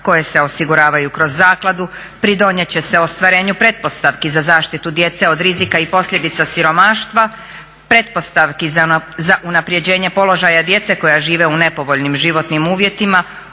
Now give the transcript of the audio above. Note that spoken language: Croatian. koje se osiguraju kroz zakladu pridonijet će se ostvarenju pretpostavki za zaštitu djece od rizika i posljedica siromaštva, pretpostavki za unaprjeđenje položaja djece koja žive u nepovoljnim životnim uvjetima